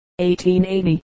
1880